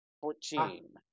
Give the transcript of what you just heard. fourteen